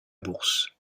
bourse